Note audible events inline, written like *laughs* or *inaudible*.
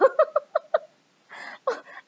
*laughs*